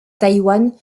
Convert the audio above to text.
taïwan